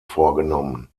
vorgenommen